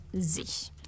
sich